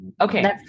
Okay